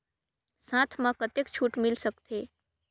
साथ म कतेक छूट मिल सकथे?